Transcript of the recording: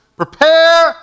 Prepare